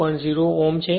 0 Ω છે